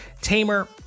tamer